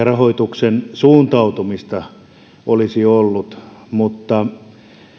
rahoituksen suuntautumista olisi ollut mutta